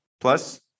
Plus